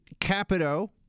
Capito